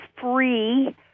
free